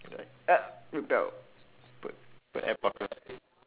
the ah rebelled put put adblocker